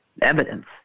evidence